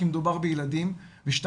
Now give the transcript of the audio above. כי מדובר בילדים וב.